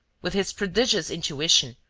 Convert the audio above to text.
with his prodigious intuition,